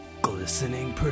glistening